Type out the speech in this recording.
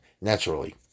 naturally